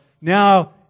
now